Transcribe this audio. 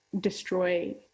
destroy